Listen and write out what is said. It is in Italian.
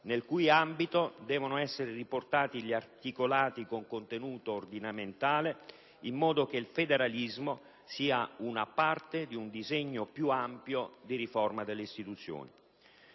nel cui ambito devono essere riportati gli articolati con contenuto ordinamentale, in modo che il federalismo sia una parte di un disegno più ampio di riforma delle istituzioni.